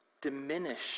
diminish